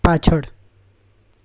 પાછળ